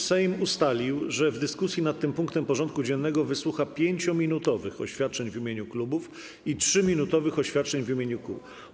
Sejm ustalił, że w dyskusji nad tym punktem porządku dziennego wysłucha 5-minutowych oświadczeń w imieniu klubów i 3-minutowych oświadczeń w imieniu kół.